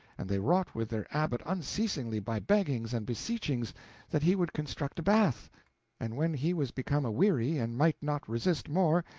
and they wrought with their abbot unceasingly by beggings and beseechings that he would construct a bath and when he was become aweary and might not resist more,